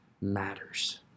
matters